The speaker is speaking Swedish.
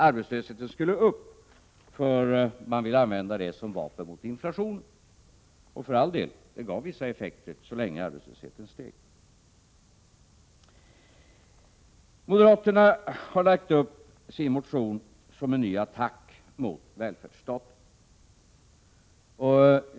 Arbetslösheten skulle upp, för man ville använda den som vapen mot inflationen. Och för all del, det gav vissa effekter så länge arbetslösheten steg. Moderaterna har lagt upp sin motion som en ny attack på välfärdsstaten.